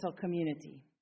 community